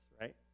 right